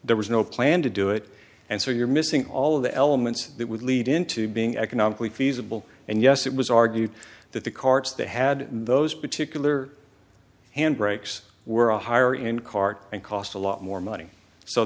there was no plan to do it and so you're missing all of the elements that would lead into being economically feasible and yes it was argued that the carts they had in those particular handbrakes were higher in cart and cost a lot more money so